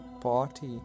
party